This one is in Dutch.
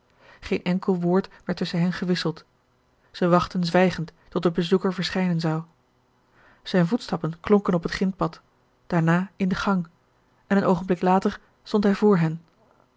geen enkel woord werd tusschen hen gewisseld zij wachtten zwijgend tot de bezoeker verschijnen zou zijn voetstappen klonken op het grintpad daarna in de gang en een oogenblik later stond hij voor hen